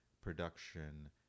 production